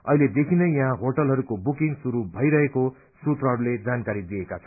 अहिले देखीनै यहाँ होटलहरूको बुकिंग शुरू भैरहेको सूत्रहरूले जानकारी दिएका छन्